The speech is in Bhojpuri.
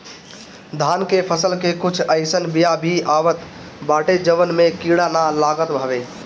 धान के फसल के कुछ अइसन बिया भी आवत बाटे जवना में कीड़ा ना लागत हवे